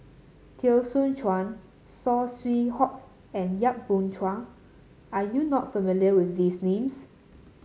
Teo Soon Chuan Saw Swee Hock and Yap Boon Chuan are you not familiar with these names